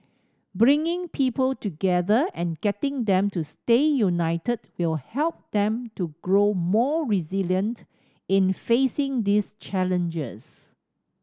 bringing people together and getting them to stay united will help them to grow more resilient in facing these challenges